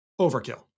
Overkill